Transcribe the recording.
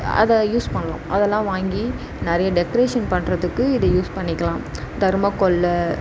அதை யூஸ் பண்ணலாம் அதெல்லாம் வாங்கி நிறைய டெக்ரேஷன் பண்ணுறத்துக்கு இதை யூஸ் பண்ணிக்கலாம் தெர்மாக்கோலில்